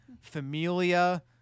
Familia